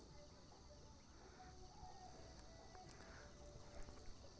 केंद्रीय बैंक अर्थव्यवस्था सुचारू रूप से चलाबे के लेल जिम्मेदार होइ छइ